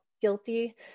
guilty